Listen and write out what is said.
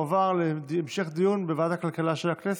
והיא תועבר להמשך דיון בוועדת הכלכלה של הכנסת.